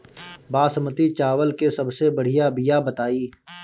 बासमती चावल के सबसे बढ़िया बिया बताई?